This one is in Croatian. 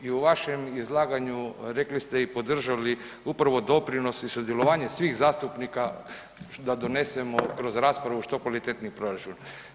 I u vašem izlaganju rekli ste i podržali upravo doprinos i sudjelovanje svih zastupnika da donesemo kroz raspravu što kvalitetniji proračun.